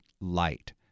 light